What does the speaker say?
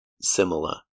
Similar